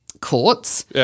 courts